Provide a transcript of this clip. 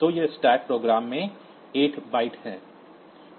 तो यह stack program में 8 बाइट है